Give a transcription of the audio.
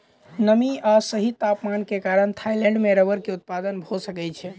नमी आ सही तापमान के कारण थाईलैंड में रबड़ के उत्पादन भअ सकै छै